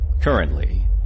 Currently